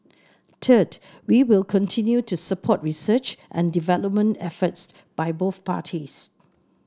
third we will continue to support research and development efforts by both parties